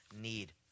need